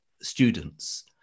students